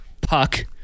puck